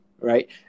right